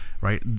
right